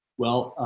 well,